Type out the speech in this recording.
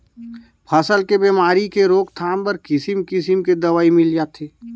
फसल के बेमारी के रोकथाम बर किसिम किसम के दवई मिल जाथे